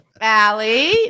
Ali